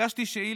הגשתי שאילתות,